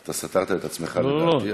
אתה סתרת את עצמך, לדעתי.